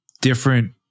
different